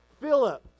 Philip